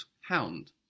hound